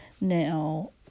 Now